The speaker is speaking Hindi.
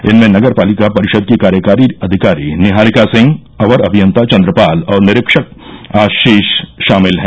इनमें नगरपालिका परिषद की कार्यकारी अधिकारी नीहारिका सिंह अवर अभियता चन्द्रपाल और निरीक्षक आशीष शामिल हैं